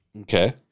Okay